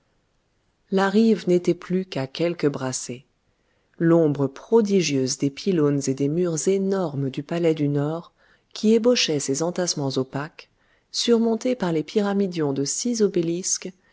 la rive n'était plus qu'à quelques brassées l'ombre prodigieuse des pylônes et des murs énormes du palais du nord qui ébauchait ses entassements opaques surmontés par les pyramidions de six obélisques